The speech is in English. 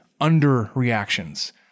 under-reactions